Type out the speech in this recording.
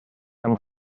amb